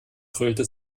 grölte